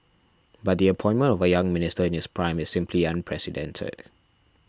but the appointment of a young minister in his prime is simply unprecedented